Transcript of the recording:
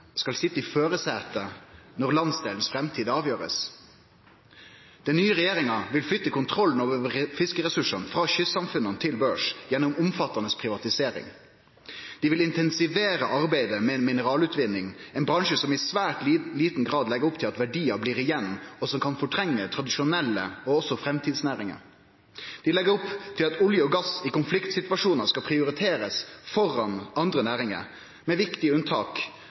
skal sitje i førarsetet når ein skal avgjere framtida til landsdelen? Den nye regjeringa vil flytte kontrollen over fiskeressursane frå kystsamfunna til børs gjennom omfattande privatisering. Dei vil intensivere arbeidet med mineralutvinning, ein bransje som i svært liten grad legg opp til at verdiar blir igjen, og som kan fortrenge tradisjonelle næringar og framtidsnæringar. Dei legg opp til at olje og gass i konfliktsituasjonar skal prioriterast framfor andre næringar, med viktige unntak